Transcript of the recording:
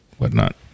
whatnot